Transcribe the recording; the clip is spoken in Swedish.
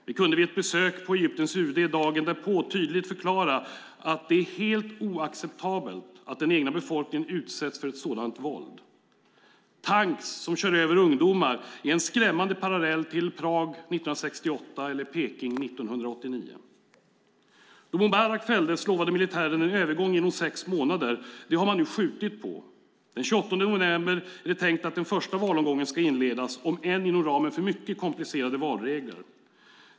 Vi kunde vid ett besök på Egyptens UD dagen därpå tydligt förklara att det är helt oacceptabelt att den egna befolkningen utsätts för sådant våld. Tanks som kör över ungdomar är en skrämmande parallell till Prag 1968 eller Peking 1989. Då Mubarak fälldes lovade militären en övergång inom sex månader. Det har man nu skjutit på. Den 28 november är det tänkt att den första valomgången ska inledas, om än inom ramen för mycket komplicerade valregler.